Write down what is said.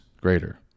greater